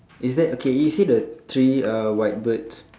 is that okay you see the three uh white birds